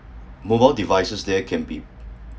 mobile devices there can be